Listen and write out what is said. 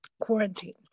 quarantine